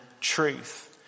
truth